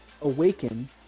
awaken